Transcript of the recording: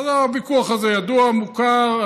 אז הוויכוח הזה ידוע ומוכר,